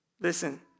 Listen